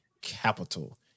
capital